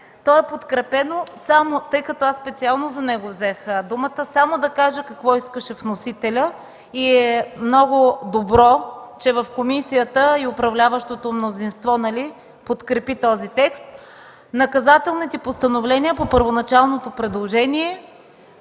то е подкрепено, но тъй като аз специално за него взех думата, само да кажа какво искаше вносителят. И много добре, че в комисията управляващото мнозинство подкрепи този текст. Наказателните постановления по първоначалното предложение